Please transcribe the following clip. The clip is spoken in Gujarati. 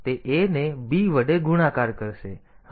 તેથી તે a ને b વડે ગુણાકાર કરશે